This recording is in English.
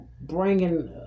bringing